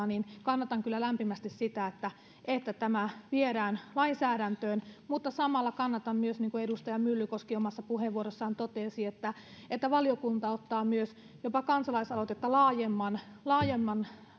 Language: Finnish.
niin kannatan kyllä lämpimästi sitä että että tämä viedään lainsäädäntöön samalla kannatan myös niin kuin edustaja myllykoski omassa puheenvuorossaan totesi että että valiokunta ottaa jopa kansalaisaloitetta laajemman laajemman